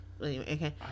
okay